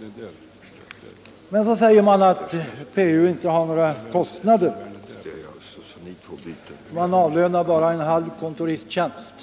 Vidare påstås det att PU inte har några kostnader, man avlönar bara en halv kontoristtjänst.